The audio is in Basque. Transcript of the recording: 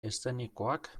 eszenikoak